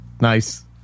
nice